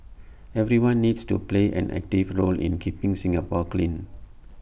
everyone needs to play an active role in keeping Singapore clean